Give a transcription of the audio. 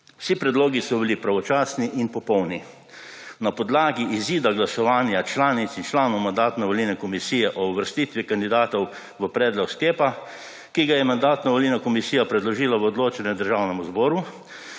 Vsi predlogi so bili pravočasni in popolni. Na podlagi izida glasovanja članic in članov Mandatno-volilne komisije o uvrstitvi kandidatov v predlog sklepa, ki ga je Mandatno-volilna komisija predložila v odločanje Državnemu zboru,